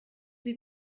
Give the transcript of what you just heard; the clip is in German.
sie